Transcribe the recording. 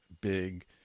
big